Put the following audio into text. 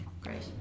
Great